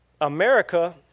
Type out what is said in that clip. America